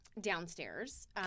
Downstairs